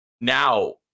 now